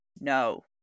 no